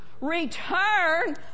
return